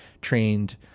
trained